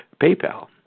PayPal